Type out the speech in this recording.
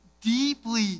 deeply